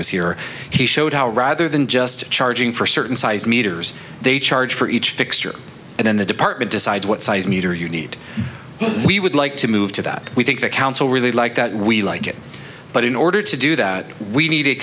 was here he showed how rather than just charging for certain size meters they charge for each fixture and then the department decides what size meter you need we would like to move to that we think the council really like that we like it but in order to do that we need